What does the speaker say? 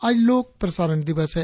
आज लोक प्रसारण दिवस है